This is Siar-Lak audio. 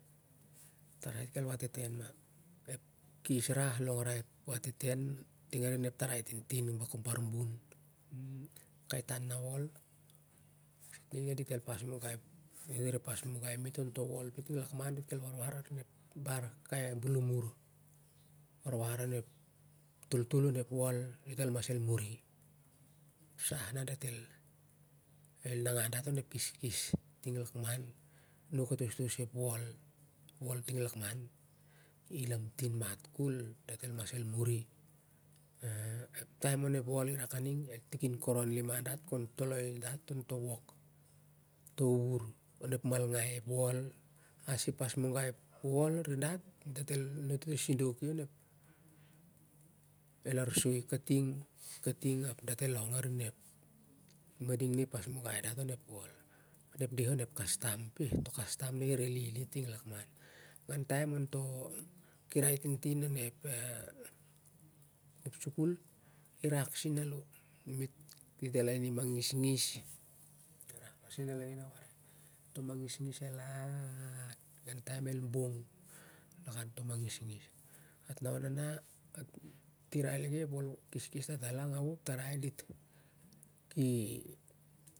Tarai dit kel wateter ma ep kes rah longrai ep wateter ting arin ep tarai tintin aban bun kai tamnawol e siting na dit re pas mangai mit on tah wol pah tung lakman dit kel warwar arin kai bulu mur warwar onep toltol onep wol ol mas el min ep sah na el nangau daf onep keskes ting lakman nuk atostos ep wol ting lakman i la mtin mat kol dat el mas muri dat el tincoron liman an to wok to iar onep alngai ep wol ai i paspungai ep wol arin dat el sidok i onep el ason katung ap dat el long arin ep mading na i pasmangai dit onep wol ep deh onep kastam na i riri lili ting lakman wingan taim on to kiri tintin onep a sukul irak seu alo mit mit lainim mangisgis el an mingai taim el bong lakou to mangisgis